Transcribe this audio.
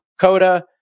Coda